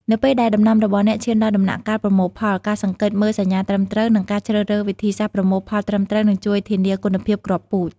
នៅពេលដែលដំណាំរបស់អ្នកឈានដល់ដំណាក់កាលប្រមូលផល ការសង្កេតមើលសញ្ញាត្រឹមត្រូវ និងការជ្រើសរើសវិធីសាស្ត្រប្រមូលផលត្រឹមត្រូវ នឹងជួយធានាគុណភាពគ្រាប់ពូជ។